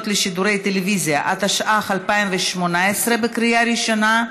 (אצילת סמכות לסגן שר), עברה בקריאה ראשונה,